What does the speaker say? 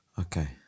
okay